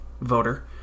voter